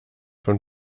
von